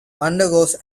undergoes